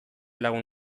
lagun